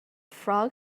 frog